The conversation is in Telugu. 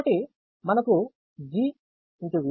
కాబట్టి మనకు G G వస్తుంది